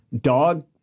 dog